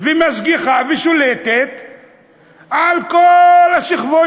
ומשגיחה ושולטת על כל השכבות,